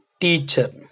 teacher